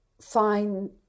find